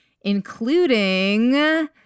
including